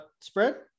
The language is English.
spread